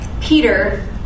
Peter